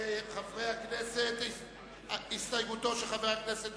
אנחנו עוברים להצבעה על הסתייגותו של חבר הכנסת